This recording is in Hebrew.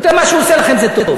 אתם, מה שהוא עושה לכם, זה טוב.